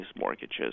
mortgages